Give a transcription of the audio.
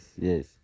yes